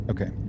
Okay